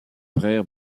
frère